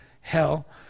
hell